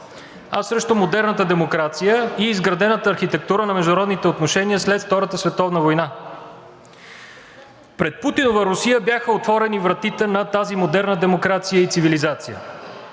а срещу модерната демокрация и изградената архитектура на международните отношения след Втората световна война. Пред Путинова Русия бяха отворени вратите на тази модерна демокрация и цивилизация.